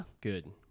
good